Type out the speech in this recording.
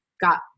got